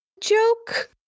Joke